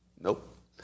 Nope